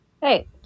Hey